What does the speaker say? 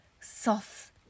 soft